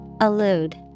Allude